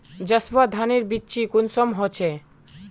जसवा धानेर बिच्ची कुंसम होचए?